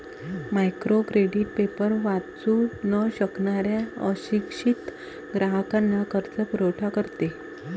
micro credit paper वाचू न शकणाऱ्या अशिक्षित ग्राहकांना कर्जपुरवठा करते